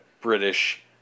British